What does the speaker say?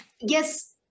yes